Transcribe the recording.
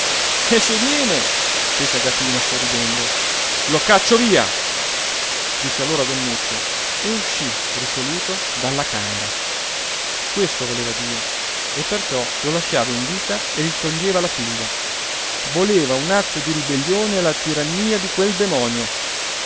e se viene fece agatina sorridendo lo caccio via disse allora don nuccio e uscì risoluto dalla camera questo voleva dio e perciò lo lasciava in vita e gli toglieva la figlia voleva un atto di ribellione alla tirannia di quel demonio